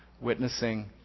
witnessing